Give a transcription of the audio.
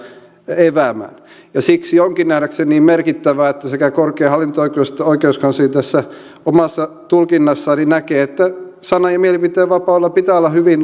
eväämään ja siksi onkin nähdäkseni merkittävää että sekä korkein hallinto oikeus että oikeuskansleri tässä omassa tulkinnassaan näkevät että sanan ja mielipiteenvapaudella pitää olla hyvin